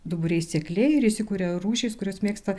duburiai sekliai ir įsikuria rūšys kurios mėgsta